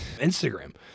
Instagram